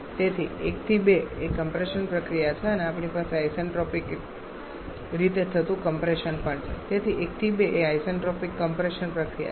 તેથી 1 થી 2 એ કમ્પ્રેશન પ્રક્રિયા છે અને આપણી પાસે આઇસેન્ટ્રોપિક રીતે થતું કમ્પ્રેશન પણ છે તેથી 1 થી 2 એ આઇસેન્ટ્રોપિક કમ્પ્રેશન પ્રક્રિયા છે